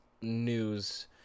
news